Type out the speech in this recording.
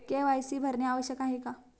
KYC भरणे आवश्यक आहे का?